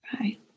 Right